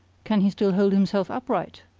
can he still hold himself upright?